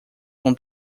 com